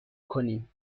کنیم